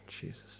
Jesus